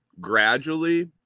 Gradually